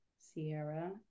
Sierra